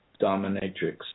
dominatrix